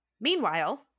Meanwhile